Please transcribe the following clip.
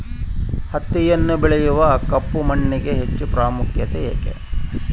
ಹತ್ತಿಯನ್ನು ಬೆಳೆಯಲು ಕಪ್ಪು ಮಣ್ಣಿಗೆ ಹೆಚ್ಚು ಪ್ರಾಮುಖ್ಯತೆ ಏಕೆ?